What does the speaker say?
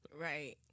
Right